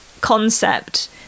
concept